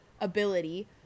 ability